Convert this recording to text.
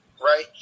Right